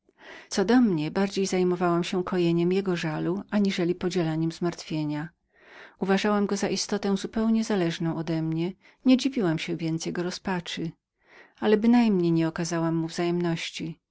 co do mnie bardziej zajmowałam się kojeniem jego żalu aniżeli podzielaniem zmartwienia uważałam go jako istotę zupełnie zależącą odemnie nie dziwiłam się więc jego rozpaczy ale bynajmniej nie okazałam mu wzajemności